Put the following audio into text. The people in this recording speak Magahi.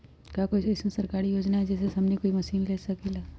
का कोई अइसन सरकारी योजना है जै से हमनी कोई मशीन ले सकीं ला?